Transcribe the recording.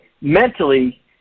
mentally –